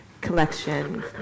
collection